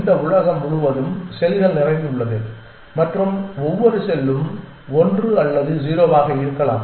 இந்த உலகம் முழுவதும் செல்கள் நிறைந்துள்ளது மற்றும் ஒவ்வொரு செல்லும் 1 அல்லது 0 ஆக இருக்கலாம்